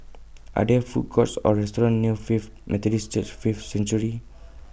Are There Food Courts Or restaurants near Faith Methodist Church Faith Sanctuary